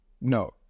No